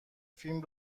فیلم